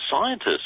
scientists